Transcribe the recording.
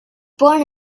born